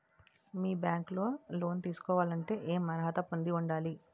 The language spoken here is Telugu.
మీ బ్యాంక్ లో లోన్ తీసుకోవాలంటే ఎం అర్హత పొంది ఉండాలి?